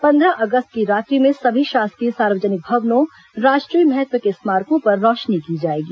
पन्द्रह अगस्त की रात्रि में सभी शासकीय सार्वजनिक भवनों राष्ट्रीय महत्व के स्मारकों पर रोशनी की जाएगी